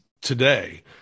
today